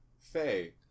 Faye